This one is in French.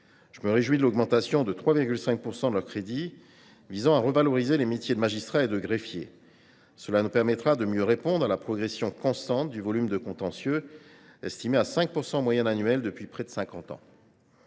Je me réjouis de l’augmentation de 3,5 % des crédits visant à revaloriser les métiers de magistrat et de greffier. Cela nous permettra de mieux répondre à la progression constante du volume des contentieux, estimée à 5 % en moyenne annuelle depuis près de cinquante